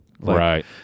Right